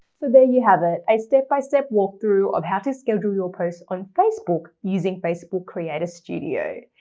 so there you have it, a step by step walkthrough of how to schedule your posts on facebook using facebook creator studio.